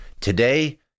Today